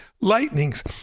lightnings